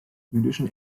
jüdischen